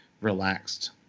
relaxed